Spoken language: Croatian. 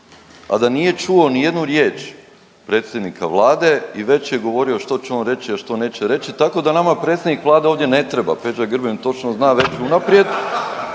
a da nije čuo ni jednu riječ predsjednika Vlade i već je govorio što će on reći i što neće reći, tako da nama predsjednik Vlade ovdje ne treba. Peđa Grbin točno zna već unaprijed,